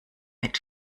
mit